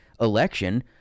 election